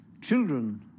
children